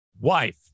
wife